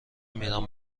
میرم